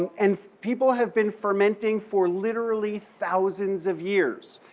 and people have been fermenting for literally thousands of years.